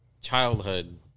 childhood